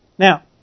Now